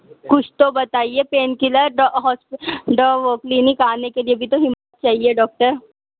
کچھ تو بتائیے پین کلر وہ کلینک آنے کے لیے بھی تو ہمت چاہیے ڈاکٹر